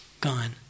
gone